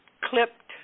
clipped